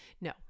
No